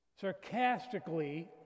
Sarcastically